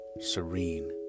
serene